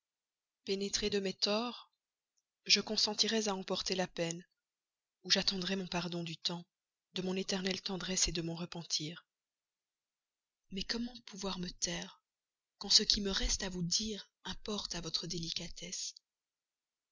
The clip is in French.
pénétré de mes torts je consentirais à en porter la peine ou j'attendrais mon pardon du temps de mon éternelle tendresse de votre indulgence de mon repentir mais comment pouvoir me taire quand ce qui me reste à vous dire importe à votre délicatesse